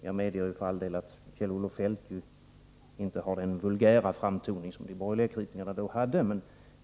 Jag medger för all del att Kjell-Olof Feldt inte har den vulgära framtoning som de borgerliga kritikerna då hade.